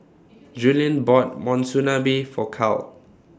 Julien bought Monsunabe For Cal